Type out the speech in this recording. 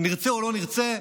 נרצה או לא נרצה,